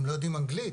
הם לא יודעים אנגלית,